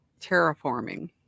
terraforming